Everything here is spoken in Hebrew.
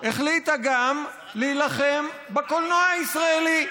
החליטה להילחם גם בקולנוע הישראלי.